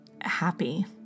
happy